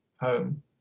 home